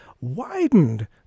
widened